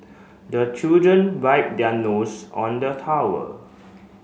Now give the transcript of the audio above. the children wipe their nose on the towel